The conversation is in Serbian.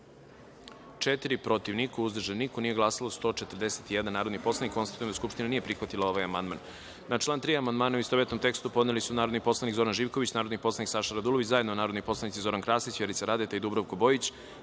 jedan, protiv – niko, uzdržanih – nema, nisu glasala 142 narodna poslanika. Konstatujem da Narodna skupština nije prihvatila ovaj amandman. Na član 25. amandmane, u istovetnom tekstu, podneli su narodni poslanik Zoran Živković, narodni poslanik Saša Radulović, zajedno narodni poslanici Zoran Krasić, Vjerica Radeta i Petar Jojić,